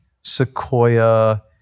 Sequoia